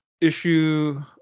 issue